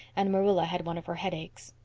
and marilla had one of her headaches.